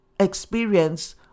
experience